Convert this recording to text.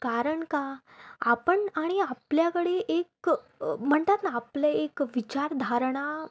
कारण का आपण आणि आपल्याकडे एक म्हणतात ना आपलं एक विचारधारणा